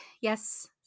Yes